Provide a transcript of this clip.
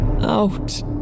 out